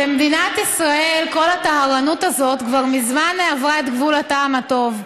במדינת ישראל כל הטהרנות הזאת כבר מזמן עברה את גבול הטעם הטוב.